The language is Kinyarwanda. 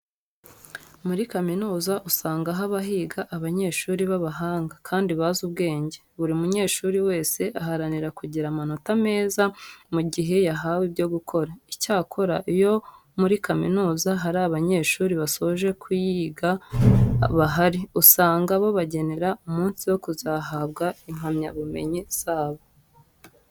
Muri kaminuza usanga haba higa abanyeshuri b'abahanga kandi bazi ubwenge. Buri munyeshuri wese aharanira kugira amanota meza mu gihe yahawe ibyo gukora. Icyakora iyo muri kaminuza hari abanyeshuri basoje kuyiga bahari, usanga babagenera umunsi wo kuzahabwa impamyabumenyi zabo.